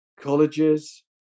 colleges